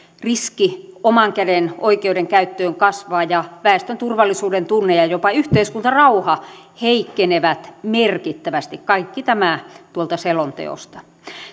riski oman käden oikeuden käyttöön kasvaa ja väestön turvallisuudentunne ja ja jopa yhteiskuntarauha heikkenevät merkittävästi kaikki tämä tuolta selonteosta